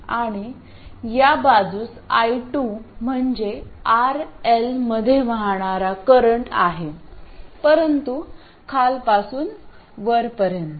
आणि या बाजूस i2 म्हणजे R L मध्ये वाहणारा करंट आहे परंतु खालपासून वरपर्यंत